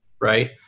right